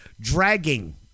Dragging